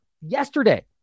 yesterday